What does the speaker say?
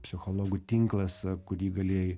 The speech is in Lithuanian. psichologų tinklas kurį galėjai